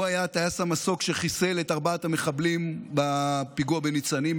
הוא היה טייס המסוק שחיסל את ארבעת המחבלים בפיגוע בניצנים,